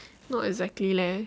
not exactly leh